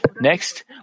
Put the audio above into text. Next